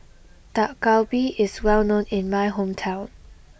Dak Galbi is well known in my hometown